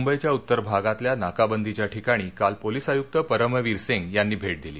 मुंबईच्या उत्तर भागातल्या नाकाबंदीच्या ठिकाणी काल पोलिस आयुक्त परमवीर सिंग यांनी भेट दिली